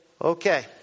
Okay